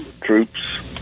troops